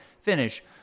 finish